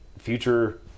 future